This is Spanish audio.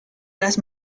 las